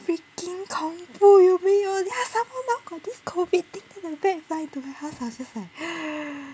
freaking 恐怖有没有 then some more now got this COVID thing then the bat fly to my house then I was just like